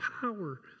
power